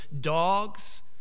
dogs